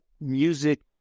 music